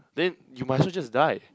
then you might as well just die